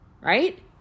right